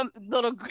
little